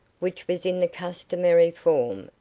which was in the customary form,